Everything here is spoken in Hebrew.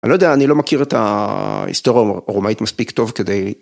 אני לא יודע, אני לא מכיר את ההיסטוריה הרומאית מספיק טוב כדי...